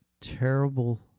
terrible